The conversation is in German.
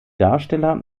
darsteller